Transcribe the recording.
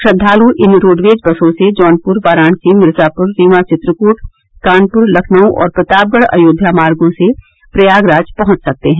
श्रद्वालु इन रोडवेज़ बसों से जौनपुर वाराणसी मिर्ज़ापुर रीवां चित्रकूट कानपुर लखनऊ और प्रतापगढ़ अयोध्या मार्गो से प्रयागराज पहुंच सकते हैं